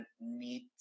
need